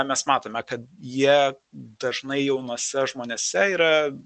mes matome kad jie dažnai jaunuose žmonėse yra